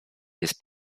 jest